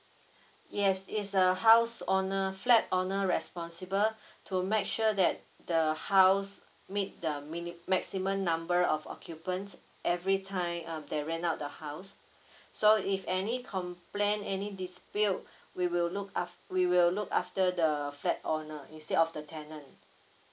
yes it's a house owner flat owner responsible to make sure that the house meet the mini~ maximum number of occupants every time err they rent out the house so if any complain any dispute we will look af~ we will look after the flat owner instead of the tenant